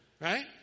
right